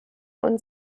und